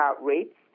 rates